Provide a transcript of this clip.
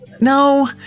no